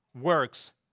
works